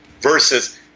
versus